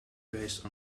based